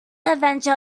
avenger